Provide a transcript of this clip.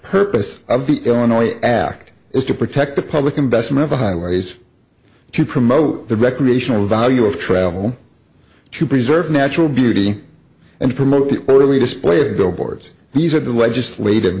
purpose of the illinois act is to protect the public investment of the highways to promote the recreational value of travel to preserve natural beauty and promote the early display of billboards these are the legislative